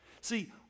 See